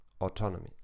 Autonomy